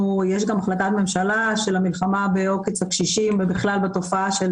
יש את מחלקת הממשלה של המלחמה בעוקץ הקשישים ובכלל בתופעה של